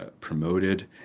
promoted